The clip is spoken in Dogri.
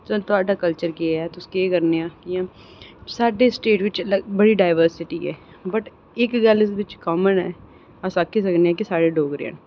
ते थुआढ़ा कल्चर केह् ऐ जां तुस केह् करने आं साढ़ी स्टेट बिच बड़ी डाइवर्सिटी ऐ बट इक गल्ल बिच कॉमन ऐ अस आखी सकने आं कि साढ़े डोगरे न